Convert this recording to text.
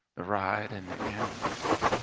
the ride in the ambulance,